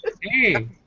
Hey